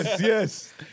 Yes